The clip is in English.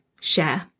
share